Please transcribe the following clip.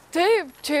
taip čia